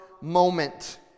moment